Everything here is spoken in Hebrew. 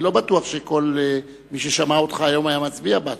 אני לא בטוח שכל מי ששמע אותך היום היה מצביע בעדך.